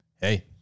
hey